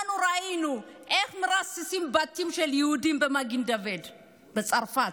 אנחנו ראינו איך מרססים בתים של יהודים במגן דוד בצרפת.